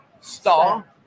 star